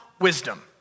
wisdom